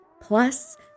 Plus